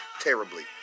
Terribly